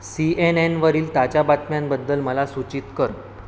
C N एनवरील ताज्या बातम्यांबद्दल मला सूचित कर